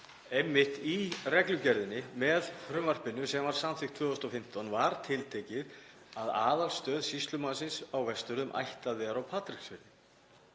upp, að í reglugerðinni með frumvarpinu sem var samþykkt 2015 var tiltekið að aðalstöð sýslumannsins á Vestfjörðum ætti að vera á Patreksfirði.